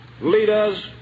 Leaders